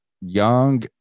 young